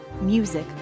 Music